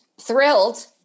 thrilled